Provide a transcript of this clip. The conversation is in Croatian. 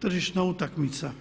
tržišna utakmica.